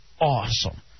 awesome